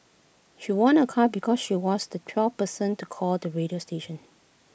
she won A car because she was the twelfth person to call the radio station